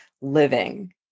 living